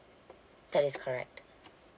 that is correct